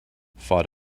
fought